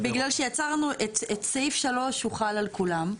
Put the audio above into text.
בגלל שיצרנו, סעיף 3 הוא חל על כולם.